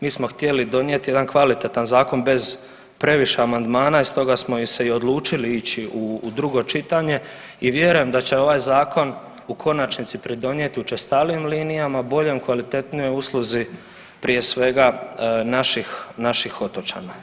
Mi smo htjeli donijeti jedan kvalitetan zakon bez previše amandmana i stoga smo se i odlučili ići u drugo čitanje i vjerujem da će ovaj zakon u konačnici pridonijeti učestalijim linijama, boljoj, kvalitetnijoj usluzi prije svega naših, naših otočana.